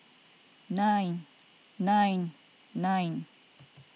nine nine nine